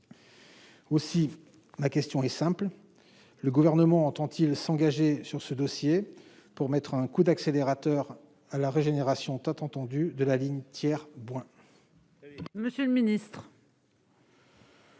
Aussi, ma question est simple : le gouvernement entend-il s'engager sur ce dossier pour mettre un coup d'accélérateur à la régénération entendu de la ligne tiers.